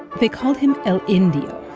they called him el india.